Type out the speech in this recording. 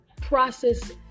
process